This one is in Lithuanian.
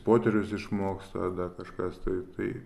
poterius išmoksta dar kažkas tai tai